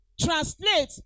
translate